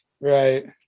right